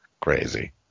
Crazy